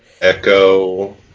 Echo